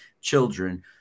children